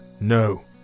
No